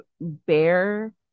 bear